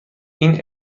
این